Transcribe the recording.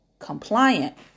Compliant